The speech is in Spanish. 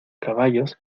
caballos